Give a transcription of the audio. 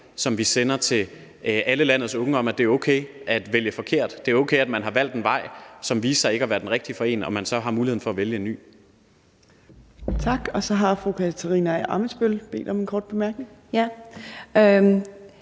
som vi sender til alle landets unge om, at det er okay at vælge forkert. Det er okay, at man har valgt en vej, som viste sig ikke at være den rigtige for en, og at man så har muligheden for at vælge en ny. Kl. 11:48 Fjerde næstformand (Trine Torp): Tak så har fru Katarina Ammitzbøll bedt om en kort bemærkning. Kl.